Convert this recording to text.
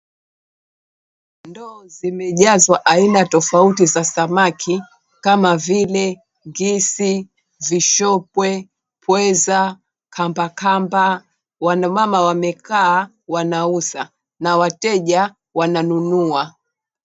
Ndoo zimejazwa aina tofauti ya samaki kama vile; ngisi, sishokwe, pweza kambakamba. Wamama wamekaa wanauza na wateja wananunua.